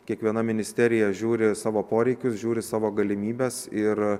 kiekviena ministerija žiūri savo poreikius žiūri savo galimybes ir